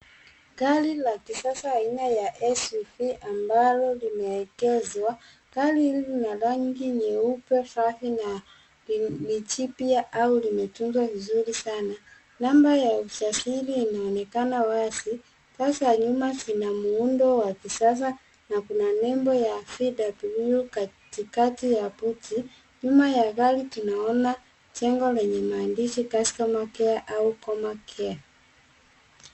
Gari la kisasa aina ya SUV ambalo limeegezwa. Gari hili lina rangi nyeupe safi na ni jipya au limetunzwa vizuri sana. Namba ya usajili inaonekana wazi. Taa za nyuma zina miundo wa kisasa na kuna nembo ya FUW katikati ya buti. Nyuma ya gari tunaona jengo lenye maandishi customer care au comma care .